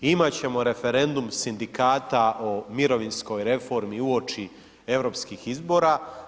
Imat ćemo referendum sindikata o mirovinskoj reformi uoči europskih izbora.